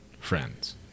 friends